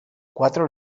cuatro